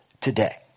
today